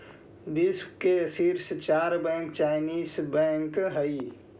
विश्व के शीर्ष चार बैंक चाइनीस बैंक हइ